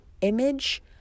image